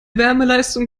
wärmeleistung